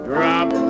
Drop